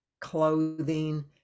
clothing